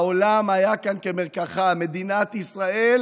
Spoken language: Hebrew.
העולם היה כאן כמרקחה, מדינת ישראל